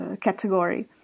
category